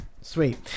Sweet